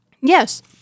Yes